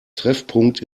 treffpunkt